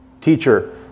Teacher